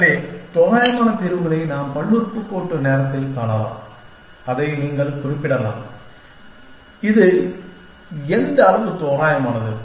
எனவே தோராயமான தீர்வுகளை நாம் பல்லுறுப்புக்கோட்டு நேரத்தில் காணலாம் அதை நீங்கள் குறிப்பிடலாம் இது எந்த அளவு தோராயமானது